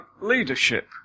leadership